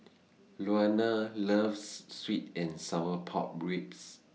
Luana loves Sweet and Sour Pork Ribs